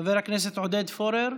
חבר הכנסת עודד פורר?